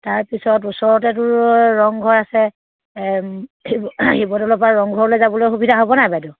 তাৰপিছত ওচৰতেতো ৰংঘৰ আছে শিৱদৌলৰপৰা ৰংঘৰলৈ যাবলৈ সুবিধা হ'ব নাই বাইদেউ